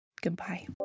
Goodbye